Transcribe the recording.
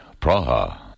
Praha